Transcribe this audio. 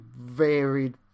varied